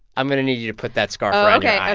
i'm going to need you to put that scarf. oh, ok.